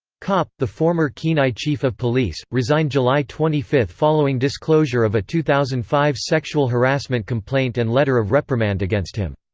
kopp, the former kenai chief of police, resigned july twenty five following disclosure of a two thousand and five sexual harassment complaint and letter of reprimand against him.